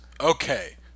Okay